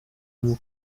muri